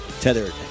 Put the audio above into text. tethered